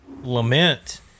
lament